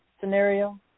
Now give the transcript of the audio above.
Scenario